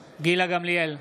גמליאל,